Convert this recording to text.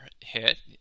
hit